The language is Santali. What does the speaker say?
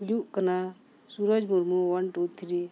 ᱦᱩᱭᱩᱜ ᱠᱟᱱᱟ Suraj Murmu one two three